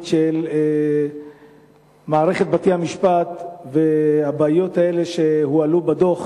של מערכת בתי-המשפט לבעיות האלה שהועלו בדוח